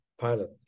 pilot